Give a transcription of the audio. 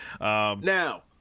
now